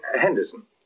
Henderson